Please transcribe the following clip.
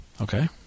Okay